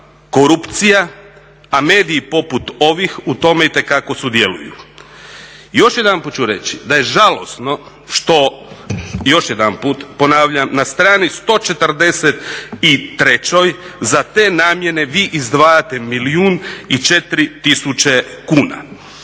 korupcija, a mediji poput ovih itekako u tome sudjeluju. Još jedanput ću reći da je žalosno što još jedanput ponavljam, na strani 143.za te namjene vi izdvajate milijun i 4 tisuće kuna,